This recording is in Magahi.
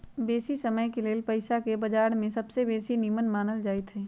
बेशी समयके लेल पइसाके बजार में सबसे बेशी निम्मन मानल जाइत हइ